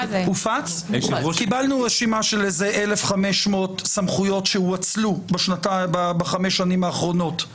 קיבלנו רשימה של 1,500 סמכויות שהואצלו בחמש השנים האחרונות לפקידים.